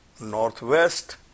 northwest